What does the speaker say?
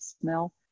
smell